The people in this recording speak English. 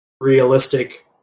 realistic